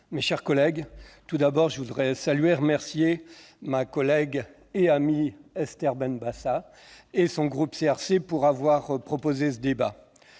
mes chers collègues, tout d'abord, je tiens à saluer et remercier ma collègue et amie Esther Benbassa et le groupe CRCE d'avoir proposé ce débat.